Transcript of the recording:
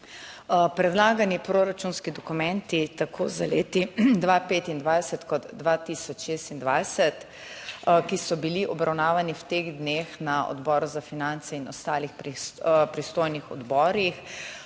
Predlagani proračunski dokumenti, tako z leti 2025 kot 2026, ki so bili obravnavani v teh dneh na Odboru za finance in ostalih pristojnih odborih.